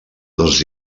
dos